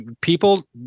people